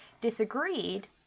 disagreed